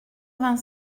vingt